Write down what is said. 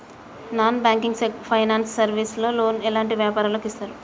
Non banking finance service లో loan ఎలాంటి వ్యాపారులకు ఇస్తరు?